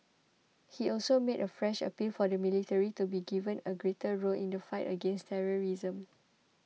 he also made a fresh appeal for the military to be given a greater role in the fight against terrorism